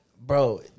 Bro